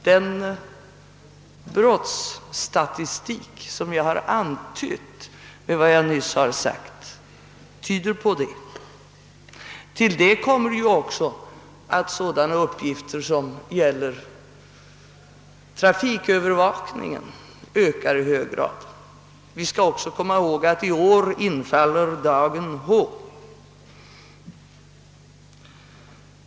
Den brottsstatistik som jag har antytt med vad jag nyss har sagt tyder på det. Till detta kommer att sådana uppgifter som gäller trafikövervakningen ökar i hög grad. Vi skall också komma ihåg att i år infaller dagen H.